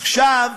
עכשיו,